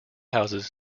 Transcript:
houses